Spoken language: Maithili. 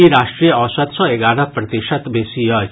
ई राष्ट्रीय औसत सँ एगारह प्रतिशत बेसी अछि